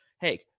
Hey